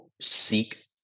seek